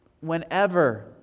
whenever